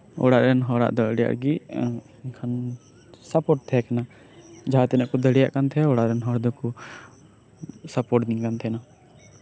ᱚᱲᱟᱜ ᱨᱮᱱ ᱦᱚᱲ ᱟᱜ ᱫᱚ ᱟᱹᱰᱤ ᱨᱟᱹᱜᱤ ᱮᱱᱠᱷᱟᱱ ᱥᱟᱯᱳᱨᱴ ᱛᱟᱸᱦᱮ ᱠᱟᱱᱟ ᱡᱟᱸᱦᱟ ᱛᱤᱱᱟᱹᱜ ᱠᱚ ᱛᱟᱸᱦᱮ ᱠᱟᱱᱟ ᱚᱲᱟᱜ ᱨᱮᱱ ᱦᱚᱲ ᱫᱚᱠᱚ ᱥᱟᱯᱳᱨᱴ ᱤᱧ ᱠᱟᱱ ᱛᱟᱸᱦᱮᱱᱟ